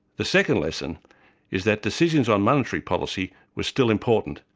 the second lesson is that decisions on monetary policy were still important,